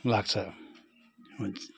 लाग्छ हुन्छ